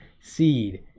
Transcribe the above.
seed